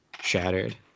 shattered